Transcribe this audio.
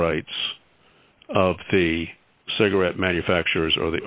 rights of the cigarette manufacturers or the